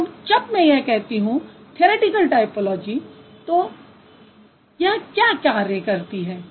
तो जब मैं कहती हूँ थ्यरिटिकल टायपोलॉजी तो यह क्या कार्य करती है